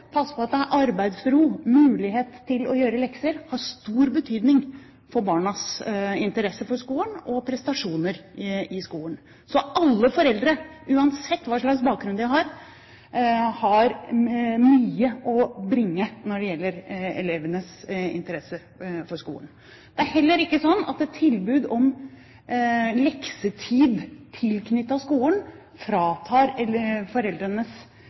på at det er arbeidsro, mulighet til å gjøre lekser, har stor betydning for barnas interesse for skolen og prestasjoner i skolen. Alle foreldre, uansett hva slags bakgrunn de har, har mye å bringe når det gjelder elevenes interesse for skolen. Det er heller ikke slik at et tilbud om leksetid tilknyttet skolen fratar